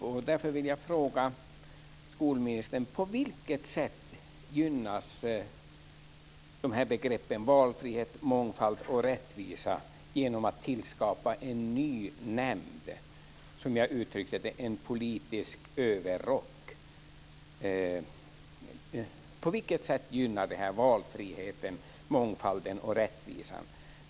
Jag vill därför fråga skolministern: På vilket sätt gynnas begreppen valfrihet, mångfald och rättvisa av att man tillskapar en ny nämnd eller en politisk överrock, som jag uttryckte det? På vilket sätt gynnar det valfriheten, mångfalden och rättvisan?